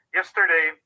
yesterday